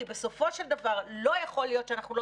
כי בסופו של דבר לא יכול להיות שאנחנו לא